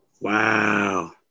Wow